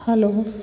hello